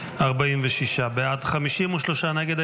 46 בעד, 53 נגד.